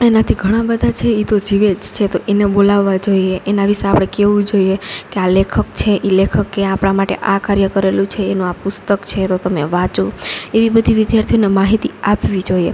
એનાથી ઘણા બધા છે એ તો જીવે જ છે તો એનો બોલાવવા જોઈએ એના વિષે આપણે કહેવું જોઈએ કે આ લેખક છે એ લેખકે આપણા માટે આ કાર્ય કરેલું છે એનું આ પુસ્તક છે તો તમે વાંચો એવી બધી વિદ્યાર્થીઓને માહિતી આપવી જોઈએ